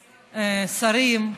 שרים,